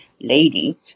lady